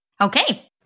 Okay